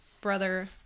brother